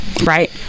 Right